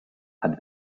had